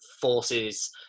forces